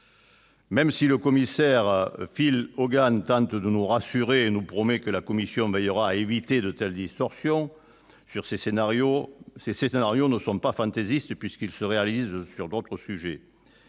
Même si le commissaire Phil Hogan tente de nous rassurer et nous promet que la Commission européenne veillera à éviter de telles distorsions, ces scénarios ne sont pas fantaisistes, puisqu'ils se réalisent sur d'autres sujets.